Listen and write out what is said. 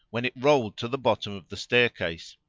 when it rolled to the bottom of the staircase.